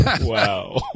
Wow